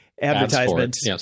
Advertisements